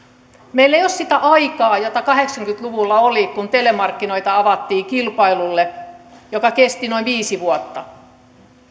meillä ei ole sitä aikaa jota kahdeksankymmentä luvulla oli kun telemarkkinoita avattiin kilpailulle joka kesti noin viisi vuotta